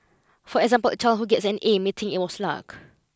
for example a child who gets an A may think it was luck